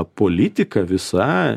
politika visa